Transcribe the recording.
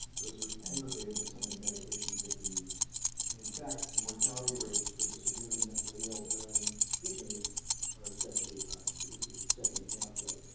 those are aggravated by some of the medications that we use. and in fact, the mortality rates for the severely mentally ill during heat waves are especially high. so this is a second pathway.